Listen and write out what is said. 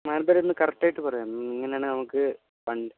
മാനന്തവാടിയിൽ നിന്ന് കറക്ടായിട്ട് പറയാം ഇങ്ങനെയാണെങ്കിൽ നമുക്ക് വണ്ടി